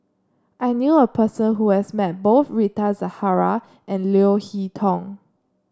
I knew a person who has met both Rita Zahara and Leo Hee Tong